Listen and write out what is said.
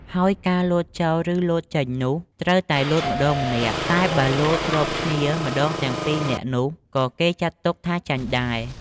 ហើយការលោតចូល ឬលោតចេញនោះ ត្រូវតែលោតម្តងម្នាក់ តែបើលោតស្របគ្នាម្ដងទាំងពីរនាក់នោះ ក៏គេចាត់ទុកថាចាញ់ដែរ ។